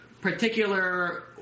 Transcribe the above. particular